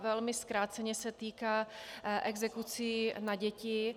Velmi zkráceně se týká exekucí na děti.